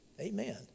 Amen